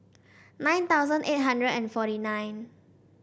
nine thousand eight hundred and forty nine